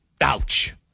Ouch